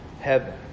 heaven